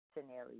scenario